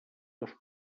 dos